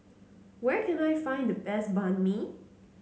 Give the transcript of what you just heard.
where can I find the best Banh Mi